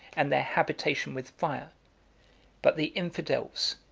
and their habitation with fire but the infidels,